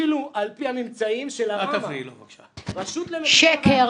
אפילו על פי הממצאים של הרשות ל --- שקר,